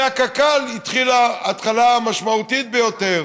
בקק"ל הייתה ההתחלה המשמעותית ביותר